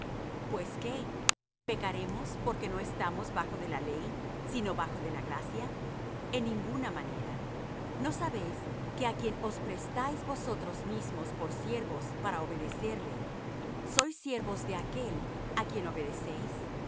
pues qué pecaremos porque no estamos bajo de la ley sino bajo de la gracia en ninguna manera no sabéis que á quien os prestáis vosotros mismos por siervos para obedecer le sois siervos de aquel á quien obedecéis